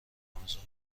رمضان